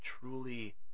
truly